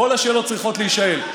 כל השאלות צריכות להישאל.